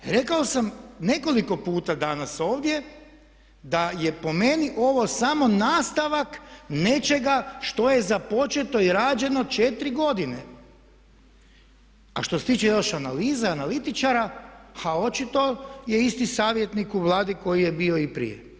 Rekao sam nekoliko puta danas ovdje da je po meni ovo samo nastavak nečega što je započeto i rađeno 4 godine a što se tiče vaše analize, analitičara a očito je isti savjetnik u Vladi koji je bio i prije.